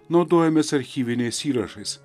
naudojamės archyviniais įrašais